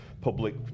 public